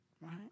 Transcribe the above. right